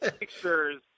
pictures